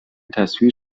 تصویر